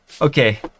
Okay